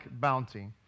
bounty